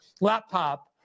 laptop